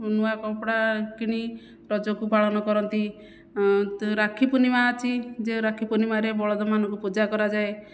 ନୂଆ କପଡ଼ା କିଣି ରଜକୁ ପାଳନ କରନ୍ତି ରାକ୍ଷୀ ପୂର୍ଣ୍ଣିମା ଅଛି ଯେଉଁ ରାକ୍ଷୀ ପୂର୍ଣ୍ଣିମାରେ ବଳଦମାନଙ୍କୁ ପୂଜା କରାଯାଏ